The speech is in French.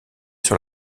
sur